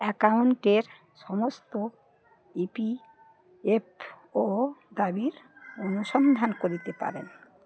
অ্যাকাউন্টের সমস্ত E P F O দাবির অনুসন্ধান করিতে পারেন